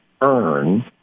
earn